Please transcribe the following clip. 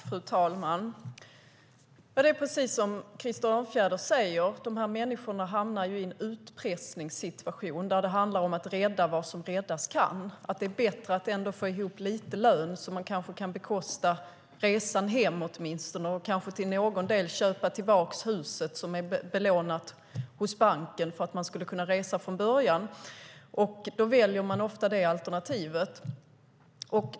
Fru talman! Det är precis som Krister Örnfjäder säger. Dessa människor hamnar i en utpressningssituation där det gäller att rädda vad som räddas kan. Det är bättre att ändå få ihop lite lön så att man kan bekosta hemresan och kanske delvis köpa tillbaka huset som man belånade hos banken för att kunna göra resan. Då väljer man ofta det alternativet.